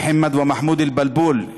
מוחמד ומחמוד אל-בלבול,